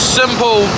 simple